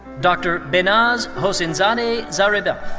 dr. behnaz hosseinzadeh zaribaf.